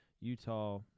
Utah